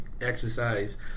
exercise